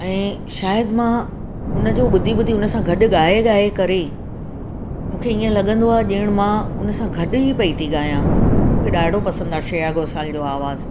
ऐं शायदि मां उनजो ॿुधी ॿुधी उनसां गॾु ॻाए ॻाए करे ई मूंखे ईअं लॻंदो आहे ॼणु मां उनसां गॾु ई पई थी ॻायां मूंखे ॾाढो पसंदि आहे श्रेया घोषाल जो आवाज़ु